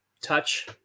touch